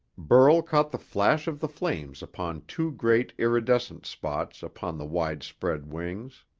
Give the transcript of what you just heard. burl caught the flash of the flames upon two great iridescent spots upon the wide-spread wings.